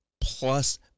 plus